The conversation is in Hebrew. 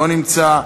לא נמצא,